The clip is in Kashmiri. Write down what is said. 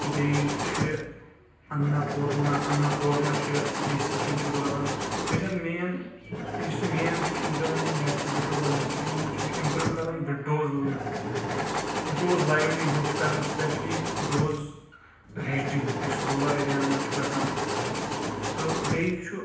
بیٚیہِ چھُ اَنا پوٗرنہ چھ اَنا پوٗرنہ یہِ سِکیٖم چھ روزان بیٚیہِ زن یُس مین Indira Gandhi national widow policy scheme چھ یہِ چھ اِمپروٗ کران وِڈوز وِڈوز لایولی ہُڈ چھ کران سپیشلی ڈوز یُس روٗرل ایریا ہن منٛز چھُ گژھان تہٕ بیٚیہِ چھُ